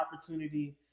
opportunity